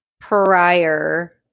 prior